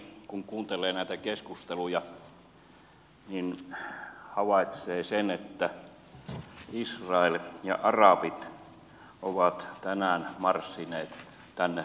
kun kuuntelee näitä keskusteluja niin havaitsee sen että israel ja arabit ovat tänään marssineet tänne suomen eduskuntaan